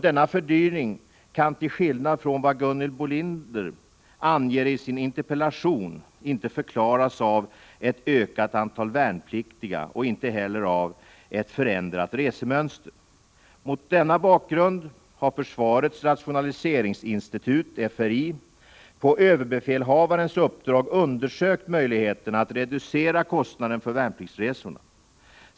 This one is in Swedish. Denna fördyring kan, till skillnad från vad Gunhild Bolander anger i sin interpellation, inte förklaras av ett ökat antal värnpliktiga och inte heller av ett förändrat resemönster. Mot denna bakgrund har försvarets rationaliseringsinstitut, FRI, på överbefälhavarens uppdrag undersökt möjligheterna att reducera kostnaden för värnpliktsresorna.